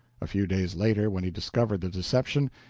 a few days later, when he discovered the deception,